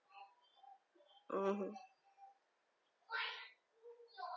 mmhmm